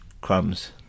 crumbs